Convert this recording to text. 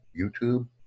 YouTube